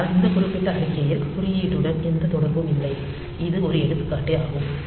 ஆனால் இந்த குறிப்பிட்ட அறிக்கையில் குறியீட்டுடன் எந்த தொடர்பும் இல்லை இது ஒரு எடுத்துக்காட்டே ஆகும்